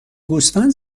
گوسفند